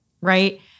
right